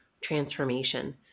transformation